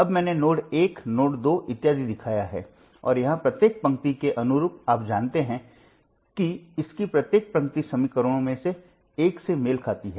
अब मैंने नोड एक नोड दो इत्यादि दिखाया है और यहां प्रत्येक पंक्ति के अनुरूप आप जानते हैं कि इसकी प्रत्येक पंक्ति समीकरणों में से एक से मेल खाती है